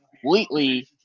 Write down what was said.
completely